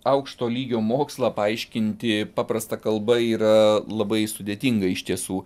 aukšto lygio mokslą paaiškinti paprasta kalba yra labai sudėtinga iš tiesų